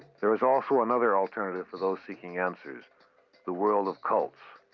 there is also another alternative for those seeking answers the world of cults.